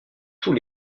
tous